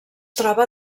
troba